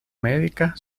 médica